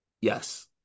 Yes